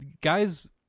guys